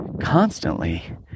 constantly